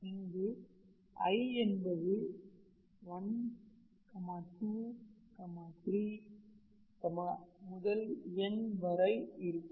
இங்கு i என்பது 123முதல் n வரை இருக்கும்